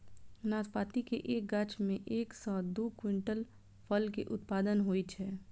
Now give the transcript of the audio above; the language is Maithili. नाशपाती के एक गाछ मे एक सं दू क्विंटल फल के उत्पादन होइ छै